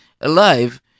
alive